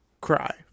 cry